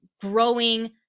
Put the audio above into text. growing